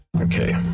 Okay